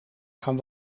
gaan